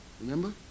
remember